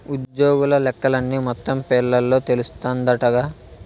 ఉజ్జోగుల లెక్కలన్నీ మొత్తం పేరోల్ల తెలస్తాందంటగా